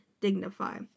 dignify